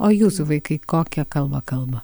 o jūsų vaikai kokia kalba kalba